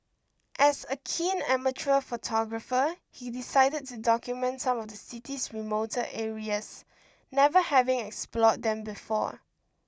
as a keen amateur photographer he decided to document some of the city's remoter areas never having explored them before